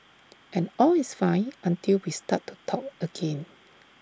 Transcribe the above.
and all is fine until we start to talk again